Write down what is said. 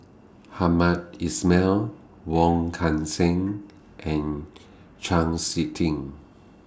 Hamed Ismail Wong Kan Seng and Chau Sik Ting